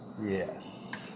Yes